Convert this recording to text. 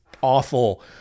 awful